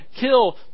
kill